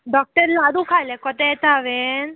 doctor laddu खायल्यार कोताय येता हांवेंन